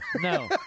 No